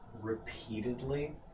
repeatedly